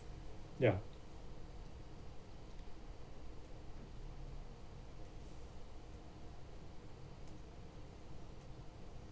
ya